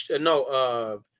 no